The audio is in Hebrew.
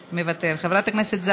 חבר הכנסת מיקי לוי,